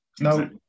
No